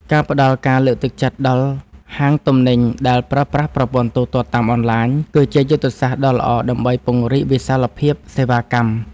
ការផ្តល់ការលើកទឹកចិត្តដល់ហាងទំនិញដែលប្រើប្រាស់ប្រព័ន្ធទូទាត់តាមអនឡាញ គឺជាយុទ្ធសាស្ត្រដ៏ល្អដើម្បីពង្រីកវិសាលភាពសេវាកម្ម។